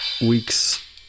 week's